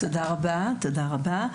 תודה רבה, תודה רבה.